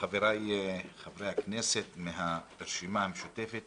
חבריי חברי הכנסת מהרשימה המשותפת,